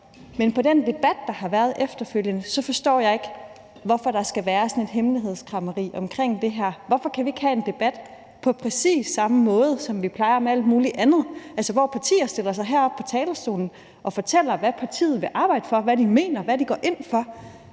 men på den debat, der efterfølgende har været, forstår jeg ikke, hvorfor der skal være sådan et hemmelighedskræmmeri omkring det her. Hvorfor kan vi ikke have en debat på præcis samme måde, som vi plejer med alt muligt andet, altså hvor partier stiller sig herop på talerstolen og fortæller, hvad partiet vil arbejde for, hvad de mener, hvad de går ind for.